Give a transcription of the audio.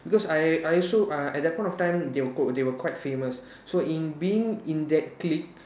because I I also uh at that point of time they were q~ they were quite famous so in being in that clique